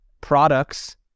products